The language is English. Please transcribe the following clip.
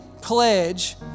pledge